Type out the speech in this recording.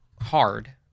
hard